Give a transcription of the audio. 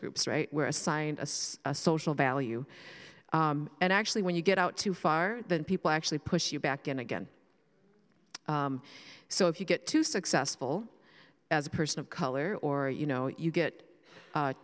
groups right were assigned as a social value and actually when you get out too far then people actually push you back in again so if you get too successful as a person of color or you know you get